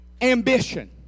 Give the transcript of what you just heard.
ambition